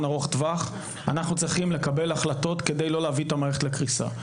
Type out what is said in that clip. ארוך טווח אנחנו צריכים לקבל החלטות כדי לא להביא את המערכת לקריסה.